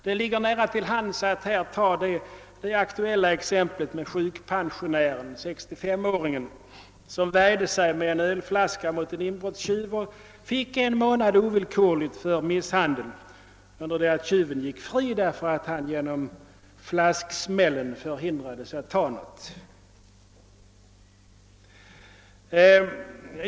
Det ligger nära till hands att här ta det aktuella exemplet med sjukpensionären, 65 åringen som värjde sig med en ölflaska mot en inbrottstjuv och fick en månad ovillkorligt för misshandel, under det att tjuven gick fri därför att han till följd av smällen med flaskan förhindrades att ta något.